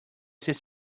his